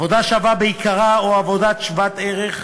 עבודה שווה בעיקרה או עבודה שוות-ערך.